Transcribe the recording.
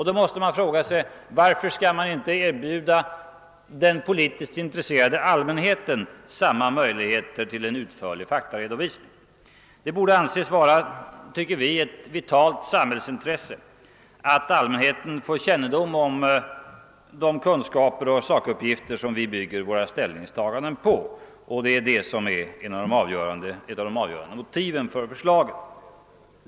Då måste man fråga sig: Varför skall man inte erbjuda den politiskt intresserade allmänheten samma möjligheter till en utförlig faktaredovisning? Det borde väl anses vara ett vitalt samhällsintresse att allmänheten får kännedom om de kunskaper och sakuppgifter som vi bygger våra ställningstaganden på, och det är ett av de avgörande motiven för förslaget.